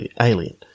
alien